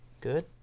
good